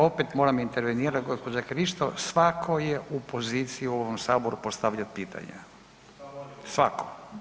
Opet moram intervenirati gospođa Krišto, svako je u poziciji u ovom saboru postavljati pitanja, svako.